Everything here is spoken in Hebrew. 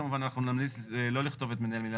כמובן אנחנו נמליץ לא לכתוב את מנהל מינהל